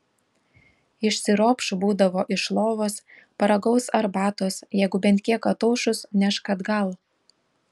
išsiropš būdavo iš lovos paragaus arbatos jeigu bent kiek ataušus nešk atgal